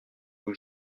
vous